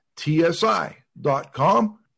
tsi.com